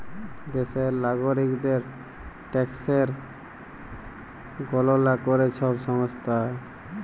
দ্যাশের লাগরিকদের ট্যাকসের গললা ক্যরে ছব সংস্থা